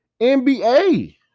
NBA